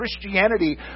Christianity